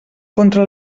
contra